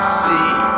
see